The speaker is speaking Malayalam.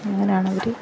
അങ്ങനെയാണ് അവർ